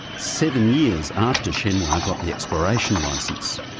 seven years after shenhua got the exploration licence.